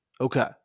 Okay